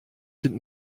sind